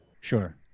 Sure